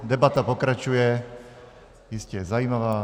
Debata pokračuje, je jistě zajímavá.